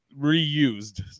reused